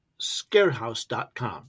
ScareHouse.com